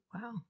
Wow